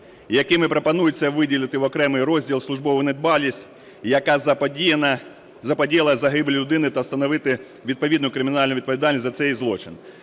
якими пропонується виділити в окремий розділ – службову недбалість, яка заподіяла загибель людини, та встановити відповідну кримінальну відповідальність за цей злочин.